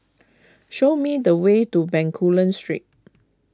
show me the way to Bencoolen Street